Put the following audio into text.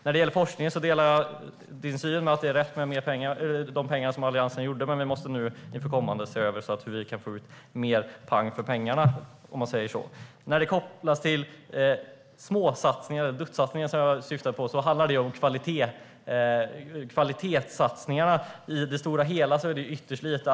När det gäller forskning delar jag Thomas Strands syn att det var rätt med de pengar som Alliansen tilldelade, men vi måste inför kommande år se över så att vi kan få ut mer "pang" för pengarna. De duttsatsningar som jag nämnde handlar om kvalitetssatsningarna. I det stora hela är det fråga om ytterst lite.